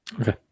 Okay